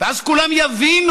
ואז כולם יבינו.